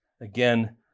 Again